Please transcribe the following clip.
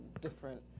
different